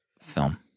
film